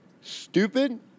stupid